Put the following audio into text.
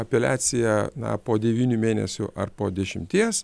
apeliacija na po devynių mėnesių ar po dešimties